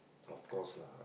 of course lah